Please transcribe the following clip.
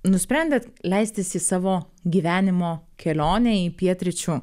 nusprendėt leistis į savo gyvenimo kelionę į pietryčių